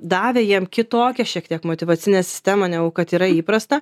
davę jiem kitokią šiek tiek motyvacinę sistemą negu kad yra įprasta